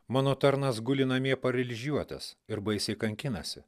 mano tarnas guli namie paralyžiuotas ir baisiai kankinasi